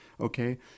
Okay